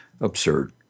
Absurd